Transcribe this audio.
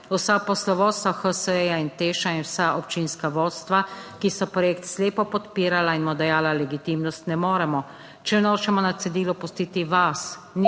vsa poslovodstva HSE, in Teša in vsa občinska vodstva, ki so rojekt slepo podpirala in mu dajala legitimnost, ne moremo, če nočemo na cedilu pustiti vas, nič